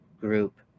group